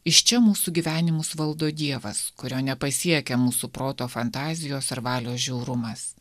iš čia mūsų gyvenimus valdo dievas kurio nepasiekia mūsų proto fantazijos ar valios žiaurumas